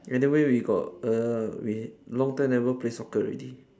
anyway we got err we long time never play soccer already